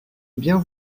bien